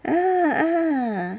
ya